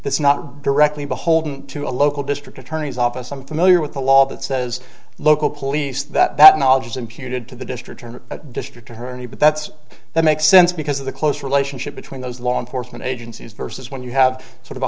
that's not directly beholden to a local district attorney's office some familiar with a law that says local police that knowledge is imputed to the district district attorney but that's that makes sense because of the close relationship between those law enforcement agencies versus when you have sort of a